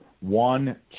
one